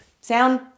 Sound